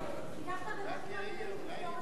אבל תיקח את הרווחים הכלואים ותפתור את,